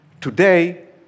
Today